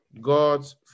God's